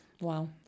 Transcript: Wow